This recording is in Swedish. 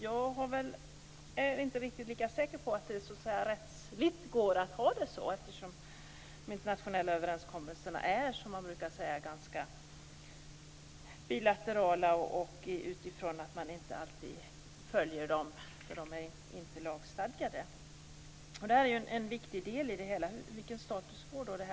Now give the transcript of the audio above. Jag är inte riktigt lika säker på att det rättsligt går att ha det på detta sätt, eftersom de internationella överenskommelserna är, som man brukar säga, ganska bilaterala och inte alltid följs, eftersom de inte är lagstadgade. Detta är en viktig del i det hela. Vilken status får detta?